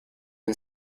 and